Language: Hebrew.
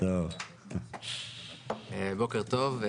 בוקר טוב.